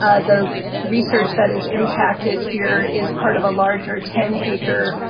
ah the research that is impacted here is part of a larger ten acre